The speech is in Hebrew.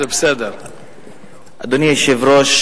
אדוני היושב-ראש,